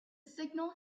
signal